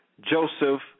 Joseph